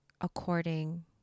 according